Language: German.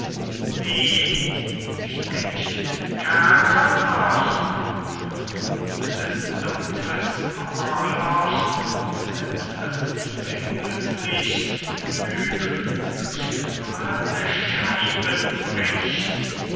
ich in dem kerker noch verfluchtes dumpfes mauerloch wo selbst das liebe himmelslicht trüb durch gemahlte scheiben bricht